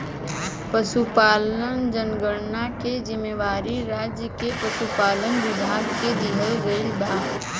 पसुपालन जनगणना के जिम्मेवारी राज्य के पसुपालन विभाग के दिहल गइल बा